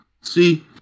See